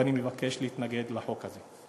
ואני מבקש להתנגד לחוק הזה.